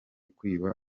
kwiba